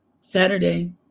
Saturday